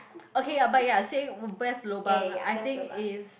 okay ya but ya saying best lobang I think is